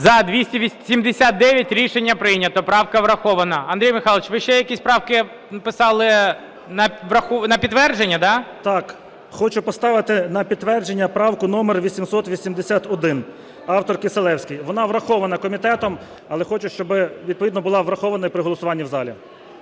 За-279 Рішення прийнято. Правка врахована. Андрій Михайлович, ви ще якісь правки писали на підтвердження, да? 12:55:56 ГЕРУС А.М. Так, хочу поставити на підтвердження правку номер 881, автор Кисилевський, вона врахована комітетом, але хочу, щоб відповідно була врахована і при голосуванні в залі.